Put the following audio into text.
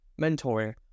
mentoring